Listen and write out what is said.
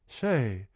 Say